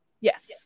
Yes